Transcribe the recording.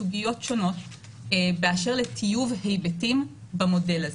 סוגיות שונות באשר לטיוב היבטים במודל.